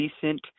decent